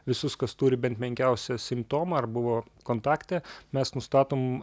visus kas turi bent menkiausią simptomą ar buvo kontakte mes nustatom